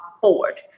forward